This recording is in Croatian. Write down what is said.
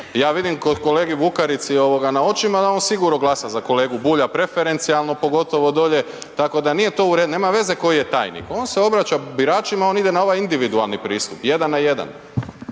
ja vidim kod, kolegi Bukarici ovoga na očima da on sigurno glasa za kolegu Bulja preferencijalno pogotovo dolje tako da nije to u redu, nema veze koji je tajnik, on se obraća biračima, on ide na ovaj individualni pristup, jedan na jedan.